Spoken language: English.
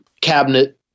cabinet